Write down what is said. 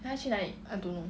I don't know